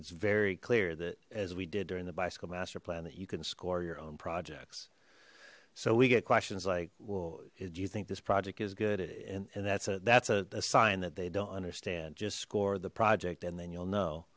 it's very clear that as we did during the bicycle master plan that you can score your own projects so we get questions like well do you think this project is good and and that's a that's a sign that they don't understand just score the project and then you'll know